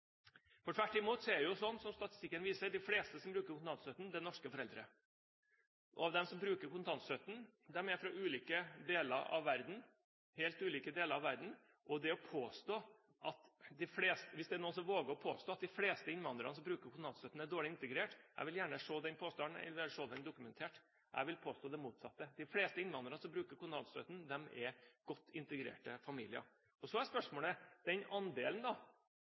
integreringen. Tvert imot er det sånn, som statistikken viser, at de fleste som bruker kontantstøtten, er norske foreldre. De som bruker kontantstøtten, er fra helt ulike deler av verden. Hvis det er noen som våger å påstå at de fleste innvandrere som bruker kontantstøtten, er dårlig integrert, vil jeg gjerne se den påstanden dokumentert. Jeg vil påstå det motsatte. De fleste innvandrere som bruker kontantstøtten, er godt integrerte familier. Så er spørsmålet: Når det gjelder den andelen